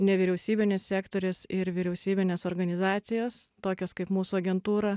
nevyriausybinis sektorius ir vyriausybinės organizacijos tokios kaip mūsų agentūra